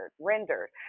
rendered